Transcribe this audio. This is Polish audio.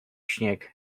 śnieg